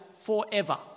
forever